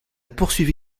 poursuivi